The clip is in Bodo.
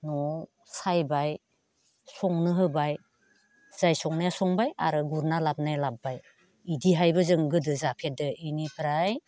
न'आव सायबाय संनो होबाय जाय संनाया संबाय आरो गुरना लाबोनाया लाबोबाय बिदिहायबो जों गोदो जाफेरदों बेनिफ्राय